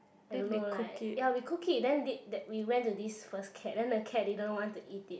I don't know like ya we cooked it then that we went to this first cat then the cat didn't want to eat it